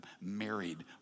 married